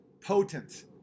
potent